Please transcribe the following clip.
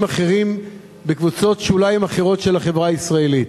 אחרים בקבוצות שוליים אחרות של החברה הישראלית.